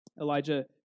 Elijah